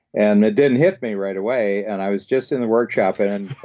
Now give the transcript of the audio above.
and it didn't hit me right away, and i was just in the workshop, and and